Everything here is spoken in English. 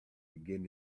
begin